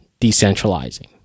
Decentralizing